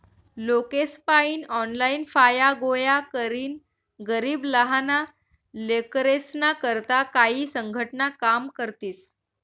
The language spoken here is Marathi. लोकेसपायीन ऑनलाईन फाया गोया करीन गरीब लहाना लेकरेस्ना करता काई संघटना काम करतीस